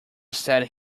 said